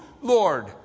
Lord